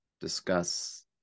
discuss